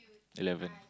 eleven